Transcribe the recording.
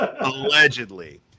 Allegedly